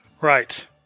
Right